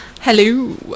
hello